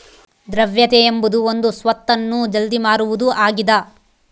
ದ್ರವ್ಯತೆ ಎಂಬುದು ಒಂದು ಸ್ವತ್ತನ್ನು ಜಲ್ದಿ ಮಾರುವುದು ಆಗಿದ